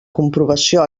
comprovació